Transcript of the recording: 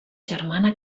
germana